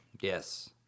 Yes